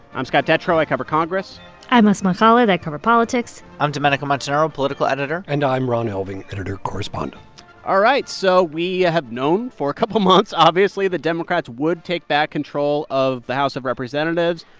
i'm scott detrow. i cover congress i'm asma khalid. i cover politics i'm domenico montanaro, political editor and i'm ron elving, editor correspondent all right. so we have known for a couple months, obviously, that democrats would take back control of the house of representatives.